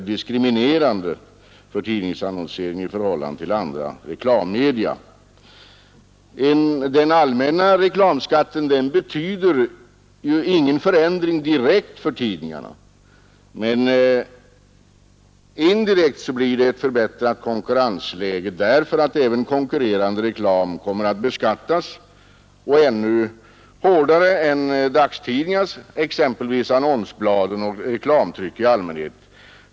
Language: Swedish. Mm. diskriminerande för tidningsannonsering i förhållande till andra reklammedia. Den allmänna reklamskatten betyder ingen direkt indring för tidningarna, men indirekt blir det ett förbättrat konkurrensläge därför att även konkurrerande reklam kommer att beskattas ännu hårdare än dagstidningar, exempelvis annonsbladen och reklamtryck i allmänhet.